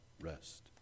rest